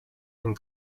and